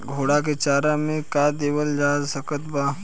घोड़ा के चारा मे का देवल जा सकत बा?